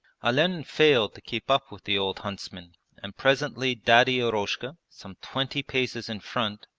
olenin failed to keep up with the old huntsman and presently daddy eroshka, some twenty paces in front,